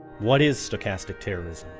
what is stochastic terrorism?